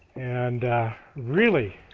and really